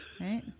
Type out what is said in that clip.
right